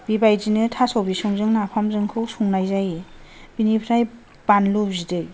बे बायदिनो थास' बिसंजों नाफामजोंखौ संनाय जायो बिनिफ्राय बानलु बिदै